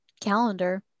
calendar